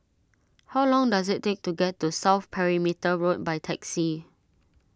how long does it take to get to South Perimeter Road by taxi